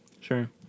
Sure